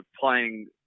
playing